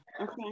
Okay